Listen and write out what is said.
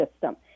system